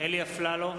אלי אפללו,